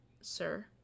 sir